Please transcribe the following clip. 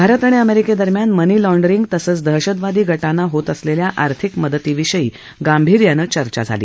भारत आणि अमेरिकेदरम्यान money laundering तसंच दहशतवादी गटाना होत असलेल्या आर्थिक मदतीविषयी गांभीर्यानं चर्चा झाली